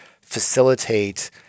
facilitate